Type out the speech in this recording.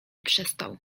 przestał